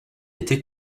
était